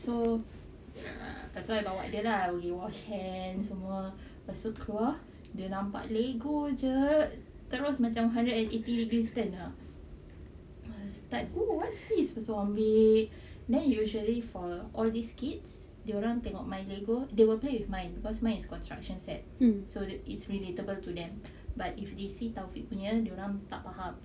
so that's why bawa dia lah pergi wash hands semua pastu keluar dia nampak lego jer terus macam hundred and eighty degrees turn ah like oo what's this pastu ambil then usually for all these kids they will run with my lego they will play with mine because mine is construction set so that it's relatable to them but if they see taufik punya dorang tak faham